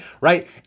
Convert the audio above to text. right